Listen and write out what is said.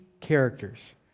characters